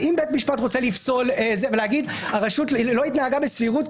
אם בית משפט רוצה לפסול ולהגיד שהרשות לא התנהגה בסבירות,